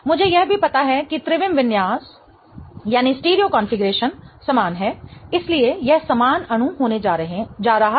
मुझे यह भी पता है कि त्रिविम विन्यास कॉन्फ़िगरेशन समान है इसलिए यह समान अणु होने जा रहा है